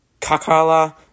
Kakala